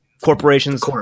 corporations